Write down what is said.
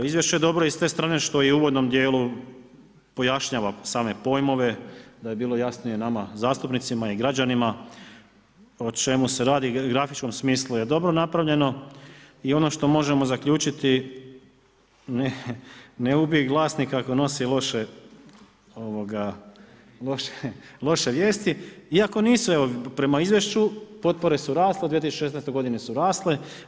Izvješće je dobro i s te strane što i u uvodnom dijelu pojašnjava same pojmove, da je bilo jasnije nama zastupnicima i građanima o čemu se radi, u grafičkom smislu je dobro napravljeno i ono što možemo zaključiti, ne ubij glasnika ako nosi loše vijesti, iako nisu, evo, prema izvješću, potpore su rasle, u 2016. godini su rasle.